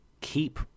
keep